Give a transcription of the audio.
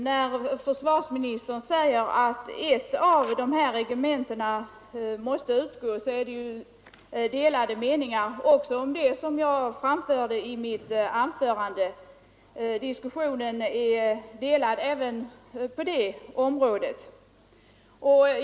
Herr talman! Försvarsministern säger att ett av pansarförbanden måste utgå. Som jag framförde i mitt anförande nyss råder det delade meningar också om detta.